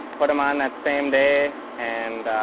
put them on that same day and.